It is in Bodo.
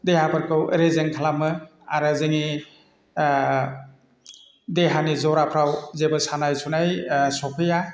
देहाफोरखौ रेजें खालामो आरो जोंनि देहानि जराफ्राव जेबो सानाय सुनाय सफैया